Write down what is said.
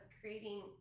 creating